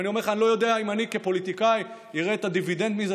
ואני אומר לך שאני לא יודע אם אני כפוליטיקאי אראה את הדיבידנד מזה.